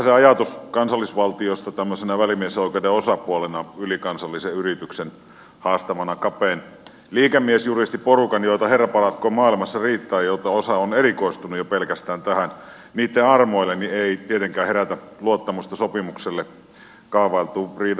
eihän ajatus kansallisvaltiosta tämmöisenä välimiesoikeuden osapuolena ylikansallisen yrityksen haastavana kapean liikemiesjuristiporukan joita herra paratkoon maailmassa riittää ja joista osa on erikoistunut jo pelkästään tähän armoilla tietenkään herätä luottamusta sopimukselle kaavailtuun riidanratkaisumenettelyyn